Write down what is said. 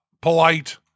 polite